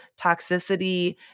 toxicity